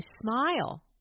Smile